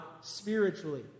spiritually